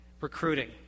recruiting